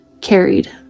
carried